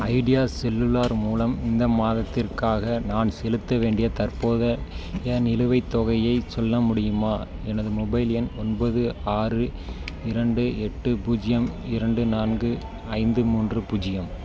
idea Cellular மூலம் இந்த மாதத்திற்காக நான் செலுத்த வேண்டிய தற்போத ய நிலுவைத் தொகையை சொல்ல முடியுமா எனது மொபைல் எண் ஒன்பது ஆறு இரண்டு எட்டு பூஜ்ஜியம் இரண்டு நான்கு ஐந்து மூன்று பூஜ்ஜியம்